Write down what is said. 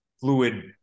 fluid